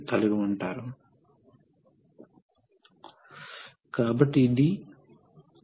మూడవ ఉదాహరణలో మనకు చాలా సాధారణ సర్క్యూట్ ఉంది ఇది రెసిప్రొకేటింగ్ సర్క్యూట్